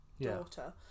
daughter